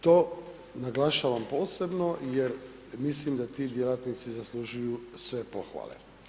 To naglašavam posebno jer mislim da ti djelatnici zaslužuju sve pohvale.